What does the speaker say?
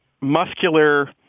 muscular